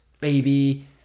Baby